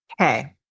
okay